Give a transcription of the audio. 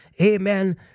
Amen